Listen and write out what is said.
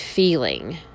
Feeling